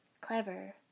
Clever